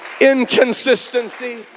inconsistency